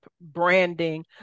branding